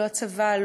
לא הצבא,